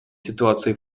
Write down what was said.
ситуации